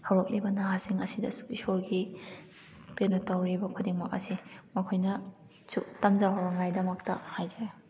ꯍꯧꯔꯛꯂꯤꯕ ꯅꯍꯥꯁꯤꯡ ꯑꯁꯤꯗꯁꯨ ꯏꯁꯣꯔꯒꯤ ꯀꯩꯅꯣ ꯇꯧꯔꯤꯕ ꯈꯨꯗꯤꯡꯃꯛ ꯑꯁꯦ ꯃꯈꯣꯏꯅꯁꯨ ꯇꯝꯖꯍꯧꯅꯉꯥꯏꯒꯤꯗꯃꯛꯇ ꯍꯥꯏꯖꯩ